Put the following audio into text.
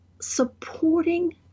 supporting